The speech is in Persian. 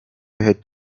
بهت